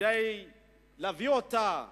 כדי להביא אותה אלינו,